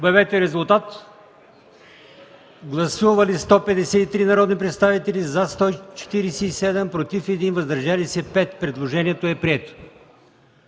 предложение. Гласували 153 народни представители: за 147, против 1, въздържали се 5. Предложението е прието.